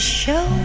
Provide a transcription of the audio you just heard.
show